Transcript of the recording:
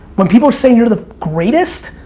when people are saying you're the greatest,